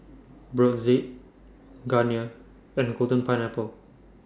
Brotzeit Garnier and Golden Pineapple